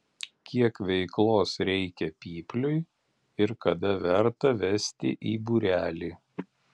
kiek veiklos reikia pypliui ir kada verta vesti į būrelį